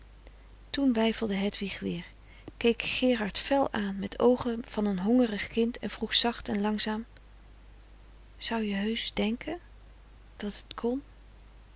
toen weifelde hedwig weer keek gerard fel aan met oogen van een hongerig kind en vroeg zacht en langzaam zou je heus denke dat het kon